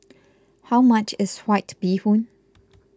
how much is White Bee Hoon